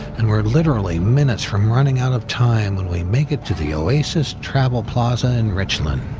and we're literally minutes from running out of time when we make it to the oasis travel plaza in richland.